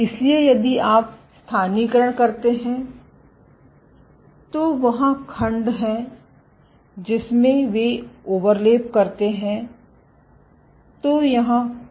इसलिए यदि आप स्थानीयकरण करते हैं तो वहाँ खंड हैं जिसमें वे ओवरलैप करते हैं तो यहाँ पूर्ण ओवरलैप है